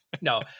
No